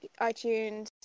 iTunes